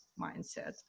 mindset